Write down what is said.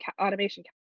automation